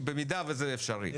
במידה וזה אפשרי,